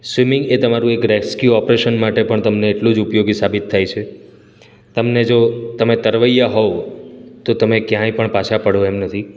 swimming એ તમારું એક રેસકયુ ઓપરેશન માટે પણ તમને એટલું જ ઉપયોગી સાબિત થાય છે તમને જો તમે તરવૈયા હોવ તો તમે ક્યાંય પણ પાછા પડો એમ નથી